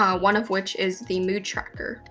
ah one of which is the mood tracker.